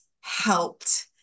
helped